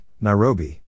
Nairobi